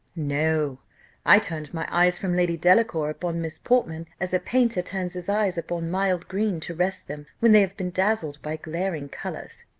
no i turned my eyes from lady delacour upon miss portman, as a painter turns his eyes upon mild green, to rest them, when they have been dazzled by glaring colours.